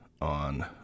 on